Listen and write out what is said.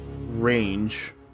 range